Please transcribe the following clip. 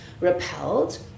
repelled